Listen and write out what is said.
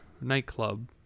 nightclub